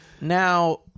Now